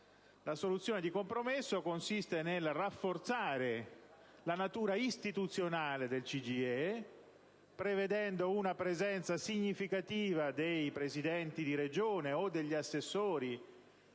La soluzione di compromesso consiste nel rafforzare la natura istituzionale del CGIE prevedendo una presenza significativa dei presidenti di Regione o degli assessori